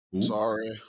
Sorry